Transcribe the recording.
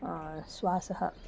स्वासः